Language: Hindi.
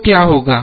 तो क्या होगा